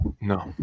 No